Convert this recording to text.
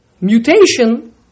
mutation